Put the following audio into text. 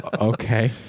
Okay